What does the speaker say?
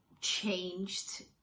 changed